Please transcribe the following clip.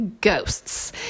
ghosts